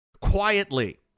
Quietly